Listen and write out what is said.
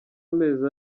amezi